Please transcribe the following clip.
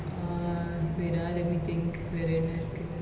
uh wait ah let me think வெர என்ன இருக்கு: vera enna iruku